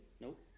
Nope